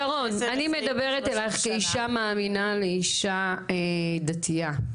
שרון, אני מדברת אלייך כאישה מאמינה לאישה דתייה.